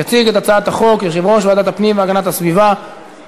36 תומכים, אין מתנגדים, אין נמנעים.